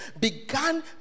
began